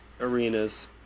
arenas